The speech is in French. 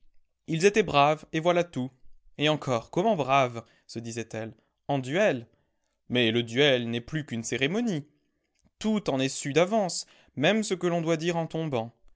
ils étaient braves et voilà tout et encore comment braves se disait-elle en duel mais le duel n'est plus qu'une cérémonie tout en est su d'avance même ce que l'on doit dire en tombant